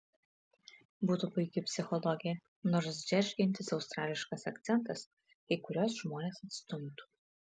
būtų puiki psichologė nors džeržgiantis australiškas akcentas kai kuriuos žmones atstumtų